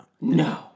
No